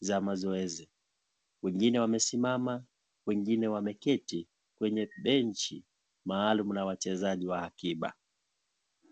za mazoezi wengine wamesimama wengine wameketi kwenye benchi maalum na wachezaji wa akiba.